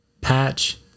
patch